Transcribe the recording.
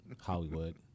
Hollywood